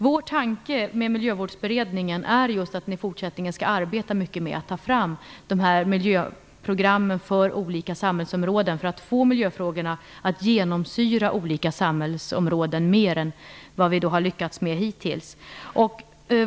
Vår tanke med Miljövårdsberedningen är just att den i fortsättningen skall arbeta mycket med att ta fram miljöprogram för olika samhällsområden. Detta skall göras för att vi skall få miljöfrågorna att genomsyra olika samhällsområden mer än vad vi har lyckats med hittills.